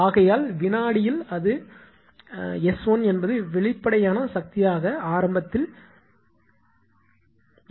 ஆகையால் வினாடியில் அது 𝑆1 என்பது வெளிப்படையான சக்தியாக ஆரம்பத்தில் எழுகிறது